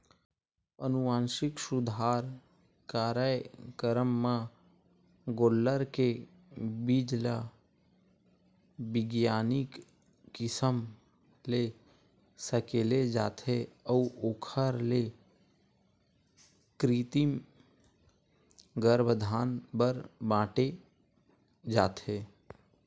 अनुवांसिक सुधार कारयकरम म गोल्लर के बीज ल बिग्यानिक किसम ले सकेले जाथे अउ ओखर ले कृतिम गरभधान बर बांटे जाथे